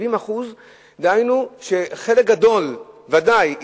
70% דהיינו חלק גדול ודאי,